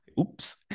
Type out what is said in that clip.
Oops